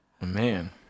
man